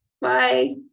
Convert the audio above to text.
Bye